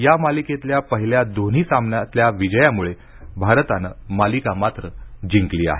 या मालिकेतल्या पहिल्या दोन्ही सामन्यातल्या विजयामुळे भारतानं मालिका मात्र जिंकली आहे